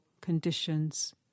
conditions